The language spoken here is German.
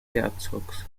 herzogs